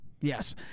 Yes